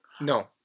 No